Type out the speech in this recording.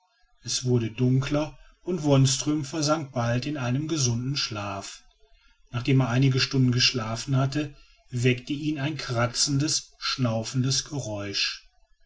es wurde dunkler und wonström versank bald in einen gesunden schlaf nachdem er einige stunden geschlafen hatte weckte ihn ein kratzendes schnaufendes geräusch